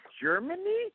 Germany